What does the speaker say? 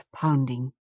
pounding